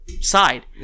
side